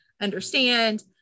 understand